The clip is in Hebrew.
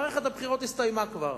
מערכת הבחירות הסתיימה כבר,